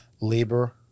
Labor